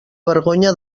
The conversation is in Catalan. vergonya